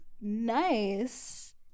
nice